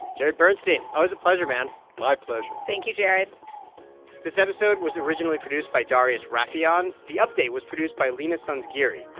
jared bernstein, always a pleasure, man my pleasure thank you, jared this episode was originally produced by darius rafieyan. the update was produced by leena sanzgiri.